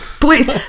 please